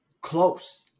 close